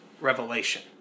revelation